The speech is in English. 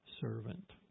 servant